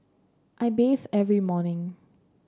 I bathe every morning